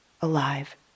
alive